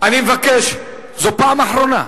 אני מבקש, זו פעם אחרונה.